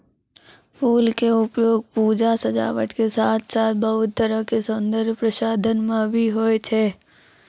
फूल के उपयोग पूजा, सजावट के साथॅ साथॅ बहुत तरह के सौन्दर्य प्रसाधन मॅ भी होय छै